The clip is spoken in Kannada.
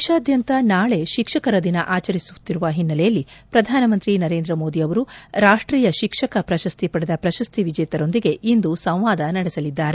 ದೇಶಾದ್ಯಂತ ನಾಳೆ ಶಿಕ್ಷಕರ ದಿನ ಆಚರಿಸುತ್ತಿರುವ ಹಿನ್ನೆಲೆಯಲ್ಲಿ ಪ್ರಧಾನಮಂತ್ರಿ ನರೇಂದ್ರ ಮೋದಿ ಅವರು ರಾಷ್ಟೀಯ ಶಿಕ್ಷಕ ಪ್ರಶಸ್ತಿ ಪಡೆದ ಪ್ರಶಸ್ತಿ ವಿಜೇತರೊಂದಿಗೆ ಇಂದು ಸಂವಾದ ನಡೆಸಲಿದ್ದಾರೆ